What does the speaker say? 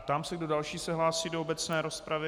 Ptám se, kdo další se hlásí do obecné rozpravy.